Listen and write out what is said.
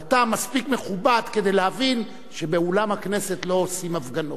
אבל אתה מספיק מכובד כדי להבין שבאולם הכנסת לא עושים הפגנות.